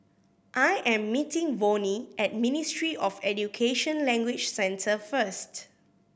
I am meeting Vonnie at Ministry of Education Language Centre first